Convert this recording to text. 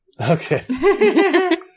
Okay